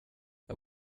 jag